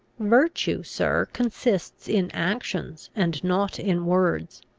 virtue, sir, consists in actions, and not in words.